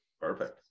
perfect